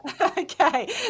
okay